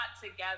together